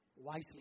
wisely